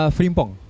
Frimpong